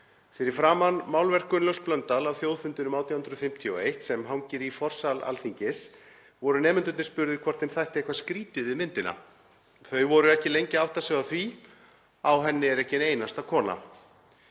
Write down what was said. Fyrir framan málverk Gunnlaugs Blöndal af þjóðfundinum 1851, sem hangir í forsal Alþingis, voru nemendurnir spurðir hvort þeim þætti eitthvað skrýtið við myndina. Þau voru ekki lengi að átta sig á því; á henni er ekki ein einasta kona.